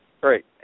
Great